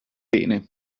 bene